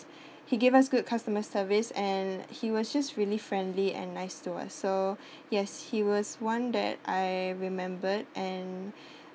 he gave us good customer service and he was just really friendly and nice to us so yes he was one that I remembered and